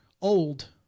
old